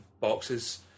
boxes